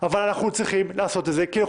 אבל אנחנו צריכים לעשות את זה כי אנחנו